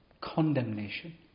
condemnation